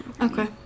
Okay